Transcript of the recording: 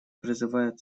призывает